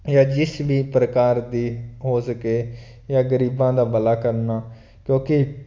ਜਾਂ ਜਿਸ ਵੀ ਪ੍ਰਕਾਰ ਦੀ ਹੋ ਸਕੇ ਜਾਂ ਗਰੀਬਾਂ ਦਾ ਭਲਾ ਕਰਨਾ ਕਿਉਂਕਿ